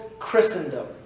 Christendom